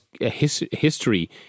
history